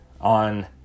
on